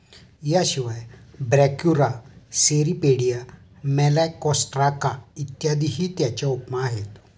याशिवाय Brachyura, Cirripedia, Malacostraca इत्यादीही त्याच्या उपमा आहेत